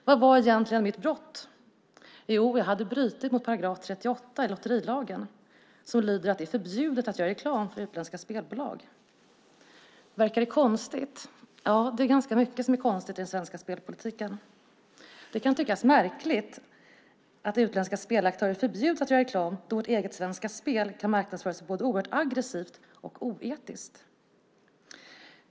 Vad var egentligen mitt brott? Jo, jag hade brutit mot paragraf 38 i lotterilagen som lyder att det är förbjudet att göra reklam för utländska spelbolag. Verkar det konstigt? Det är ganska mycket som är konstigt i den svenska spelpolitiken. Det kan tyckas märkligt att utländska spelaktörer förbjuds att göra reklam då vårt eget Svenska Spel kan marknadsföra sig både oerhört aggressivt och oetiskt.